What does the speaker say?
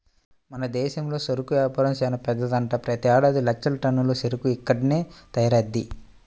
మన దేశంలో చెరుకు వ్యాపారం చానా పెద్దదంట, ప్రతేడాది లక్షల టన్నుల చెరుకు ఇక్కడ్నే తయారయ్యిద్ది